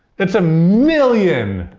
it's a million!